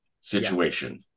situation